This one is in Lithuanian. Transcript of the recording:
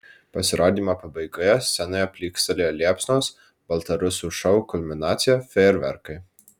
pasirodymo pabaigoje scenoje plykstelėjo liepsnos baltarusių šou kulminacija fejerverkai